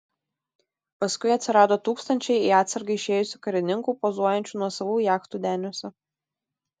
paskui atsirado tūkstančiai į atsargą išėjusių karininkų pozuojančių nuosavų jachtų deniuose